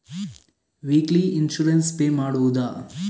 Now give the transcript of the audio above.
Weekly insurance pay ಮಾಡುವುದ?